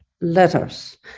letters